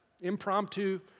impromptu